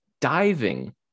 diving